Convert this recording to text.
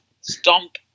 Stomp